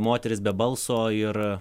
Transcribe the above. moteris be balso ir